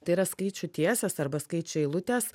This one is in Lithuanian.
tai yra skaičių tiesės arba skaičių eilutės